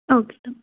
okay